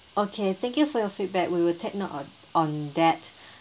okay thank you for your feedback we will take note on on that